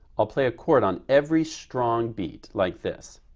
i'll play a chord on every strong beat like this.